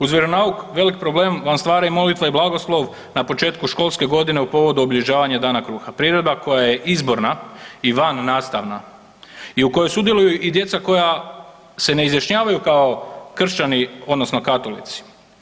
Uz vjeronauk velik problem vam stvara molitva i blagoslov na početku školske godine u povodu obilježavanja Dana kruha, priredba koja je izborna i vannastavna i u kojoj sudjeluju i djeca koja se ne izjašnjavaju kao kršćani odnosno katolici.